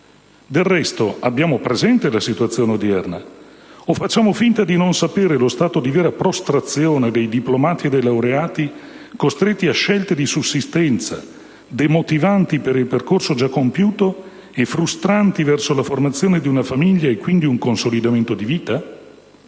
Del resto, abbiamo presente la situazione odierna? O facciamo finta di non sapere lo stato di vera prostrazione dei diplomati e dei laureati costretti a scelte di sussistenza, demotivanti per il percorso già compiuto e frustranti verso la formazione di una famiglia e - quindi - un consolidamento di vita?